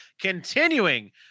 continuing